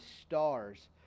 stars